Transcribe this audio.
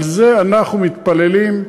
על זה אנחנו מתפללים.